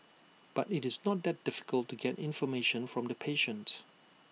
but it's not that difficult to get information from the patients